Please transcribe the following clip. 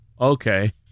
Okay